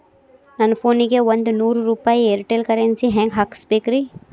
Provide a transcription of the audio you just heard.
ನನ್ನ ಫೋನಿಗೆ ಒಂದ್ ನೂರು ರೂಪಾಯಿ ಏರ್ಟೆಲ್ ಕರೆನ್ಸಿ ಹೆಂಗ್ ಹಾಕಿಸ್ಬೇಕ್ರಿ?